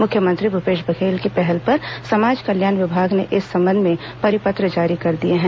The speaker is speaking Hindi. मुख्यमंत्री भूपेश बघेल की पहल पर समाज कल्याण विभाग ने इस संबंध में परिपत्र जारी कर दिए हैं